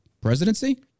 Presidency